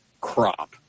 crop